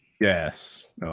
Yes